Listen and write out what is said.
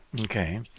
Okay